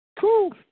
Cool